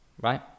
right